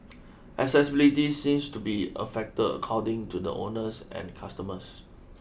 accessibility seems to be a factor according to the owners and customers